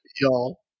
y'all